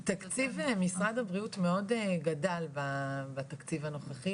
תקציב משרד הבריאות מאוד גדל בתקציב הנוכחי,